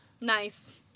Nice